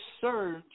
surge